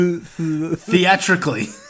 theatrically